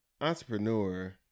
Entrepreneur